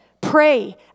pray